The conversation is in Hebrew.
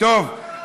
גמרתם אותי לגמרי.